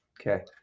Okay